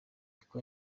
niko